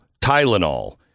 Tylenol